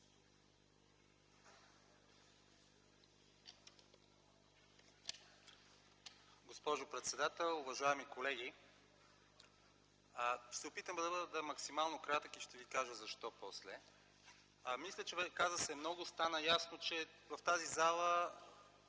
Госпожо председател, уважаеми колеги! Ще се опитам да бъда максимално кратък и ще ви кажа после защо. Мисля, че се каза много и стана ясно, че в тази зала